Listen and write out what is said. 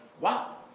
wow